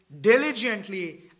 diligently